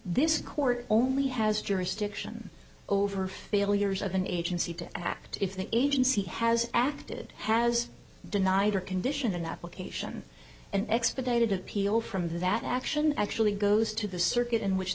this court only has jurisdiction over failures of an agency to act if the agency has acted has denied or condition an application an expedited appeal from that action actually goes to the circuit in which